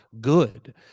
good